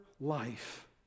life